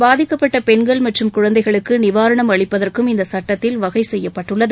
பாதிக்கப்பட்ட பெண்கள் மற்றும் குழந்தைகளுக்கு நிவாரணம் அளிப்பதற்கும் இந்த சுட்டத்தில் வகை செய்யப்பட்டுள்ளது